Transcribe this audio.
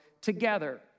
together